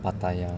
pattaya